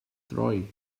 droi